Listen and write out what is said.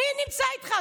מי נמצא איתך?